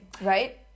Right